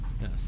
Yes